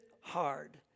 hard